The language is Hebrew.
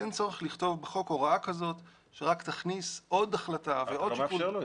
אין צורך לכתוב בחוק הוראה כזאת שרק תכניס עוד החלטה ועוד שיקול.